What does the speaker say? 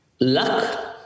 luck